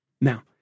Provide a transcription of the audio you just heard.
Now